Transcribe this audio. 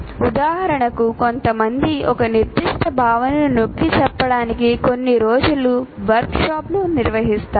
ఉదాహరణకు కొంతమంది ఒక నిర్దిష్ట భావనను నొక్కి చెప్పడానికి కొన్ని రోజులు వర్క్షాప్లు నిర్వహిస్తారు